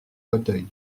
fauteuil